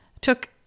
took